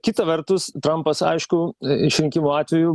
kita vertus trampas aišku išrinkimo atveju